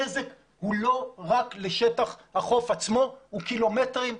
הנזק הוא לא רק לשטח החוף עצמו אלא הוא קילומטרים,